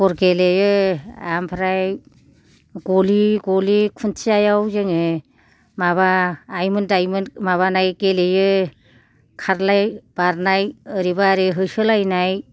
गर गेलेयो आमफ्राय गलि गलि खुन्थियायाव जोङो माबा आइमोन दाइमोन माबानाय गेलेयो खारलाय बारनाय ओरैबा ओरै होसोलायनाय